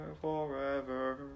forever